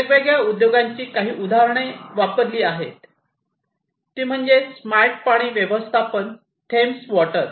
वेगवेगळ्या उद्योगांची काही उदाहरणे वापरली आहेत ती म्हणजे स्मार्ट पाणी व्यवस्थापनासाठी थेम्स वॉटर